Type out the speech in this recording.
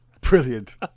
Brilliant